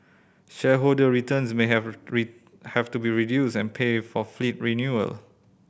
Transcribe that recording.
shareholder returns may have have to be reduced and pay for fleet renewal